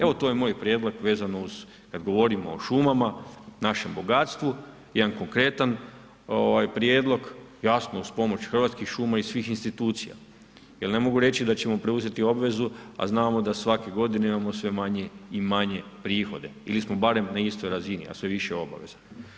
Evo to je moj prijedlog vezano uz kad govorimo o šumama, našem bogatstvu, jedan konkretan prijedlog, jasno uz pomoć Hrvatskih šuma i svih institucija jer ne mogu reći da ćemo preuzeti obvezu a znamo da svake godine imamo manje i manje prihode ili smo barem na istoj razini a sve više obaveza.